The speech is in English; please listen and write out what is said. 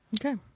Okay